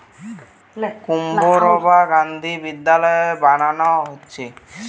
কস্তুরবা গান্ধী বিদ্যালয় বানানা হচ্ছে